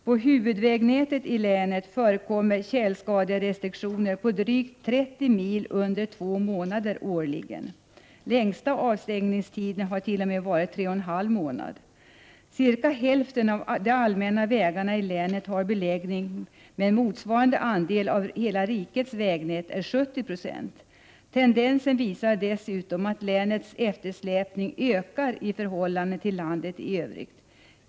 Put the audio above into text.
Beträffande länets huvudvägnät förekommer det tjälskaderestriktioner på en sträcka omfattande drygt 30 mil under cirka två månader årligen. Den längsta avstängningstiden har t.o.m. varit tre och en halv månad. Cirka hälften av de allmänna vägarna i länet har beläggning. Motsvarande siffra för hela riket är 70 96. Dessutom tenderar eftersläpningen i länet att öka i förhållande till landet i övrigt.